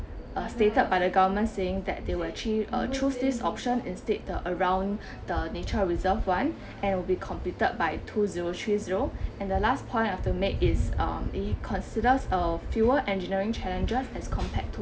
are stated by the government saying that they will achieve uh through this option instead the around the nature reserve [one] and will be completed by two zero three zero and the last point I to make is um it considers a fewer engineering challenges as compared